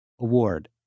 award